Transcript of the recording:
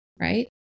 right